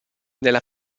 nella